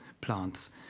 plants